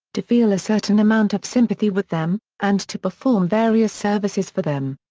to feel a certain amount of sympathy with them, and to perform various services for them.